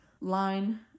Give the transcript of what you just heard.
line